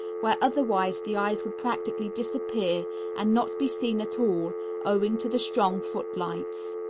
where otherwise the eyes would practically disappear and not be seen at all owing to the strong footlights.